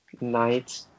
night